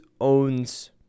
owns